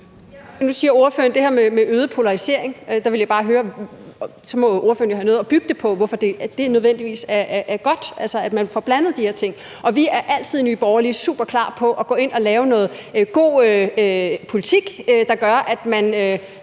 Nu siger ordføreren det her med øget polarisering. Der vil jeg bare høre, om ordføreren har noget at bygge det på, altså hvorfor det nødvendigvis skulle være godt, at man får blandet de her ting. Vi er altid i Nye Borgerlige superklar til at gå ind og lave noget god politik, der gør, at man